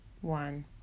one